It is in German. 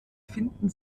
finden